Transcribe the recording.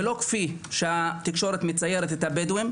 ולא כפי שהתקשורת מציירת את הבדואים.